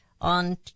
on